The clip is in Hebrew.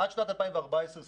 ישראל לא עשתה כלום.